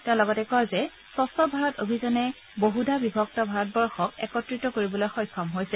তেওঁ লগতে কয় যে স্বছ্ ভাৰত অভিযানে বহুধা বিভক্ত ভাৰতবৰ্ষক একত্ৰিত কৰিবলৈ সক্ষম হৈছে